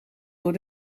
door